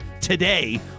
today